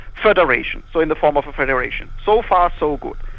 federation, so in the form of a federation. so far so good.